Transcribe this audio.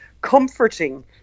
comforting